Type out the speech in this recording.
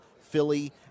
Philly